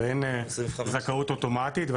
ואין זכאות אוטומטית.